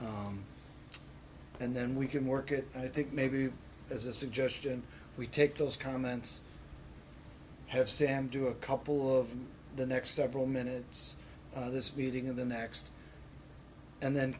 and then we can work at i think maybe as a suggestion we take those comments have sam do a couple of the next several minutes of this meeting of the next and then